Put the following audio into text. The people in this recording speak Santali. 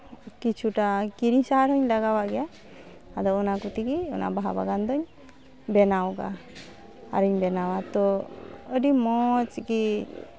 ᱠᱤᱪᱷᱩᱴᱟ ᱠᱤᱨᱤᱧ ᱥᱟᱦᱟᱨ ᱦᱚᱸᱧ ᱞᱟᱜᱟᱣ ᱟᱜ ᱜᱮᱭᱟ ᱟᱫᱚ ᱚᱱᱟ ᱠᱚ ᱛᱮᱜᱮ ᱚᱱᱟ ᱵᱟᱦᱟ ᱵᱟᱜᱟᱱ ᱫᱚᱧ ᱵᱮᱱᱟᱣ ᱟᱠᱟᱫᱼᱟ ᱟᱨᱤᱧ ᱵᱮᱱᱟᱣᱟ ᱛᱚ ᱟᱹᱰᱤ ᱢᱚᱡᱽ ᱜᱮ